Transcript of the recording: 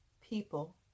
People